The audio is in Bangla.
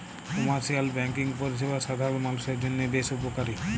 কমার্শিয়াল ব্যাঙ্কিং পরিষেবা সাধারল মালুষের জন্হে বেশ উপকারী